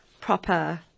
proper